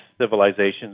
civilizations